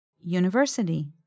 University